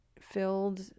filled